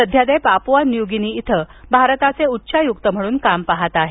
सध्या ते Papua New Guinea इथं भारताचे उच्चायुक्त म्हणून काम पहात आहेत